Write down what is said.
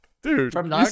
Dude